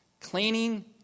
cleaning